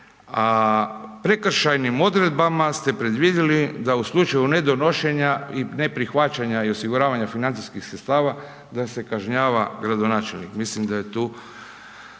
a prekršajnim odredbama ste predvidjeli da u slučaju nedonošenja i neprihvaćanja i osiguravanja financijskih sredstava, da se kažnjava gradonačelnik. Mislim da treba